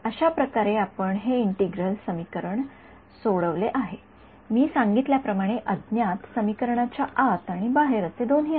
अशाप्रकारे आपण हे इंटिग्रल समीकरण सोडवले आहे मी सांगितल्या प्रमाणे अज्ञात समीकरणाच्या आत आणि बाहेर असे दोन्ही आहे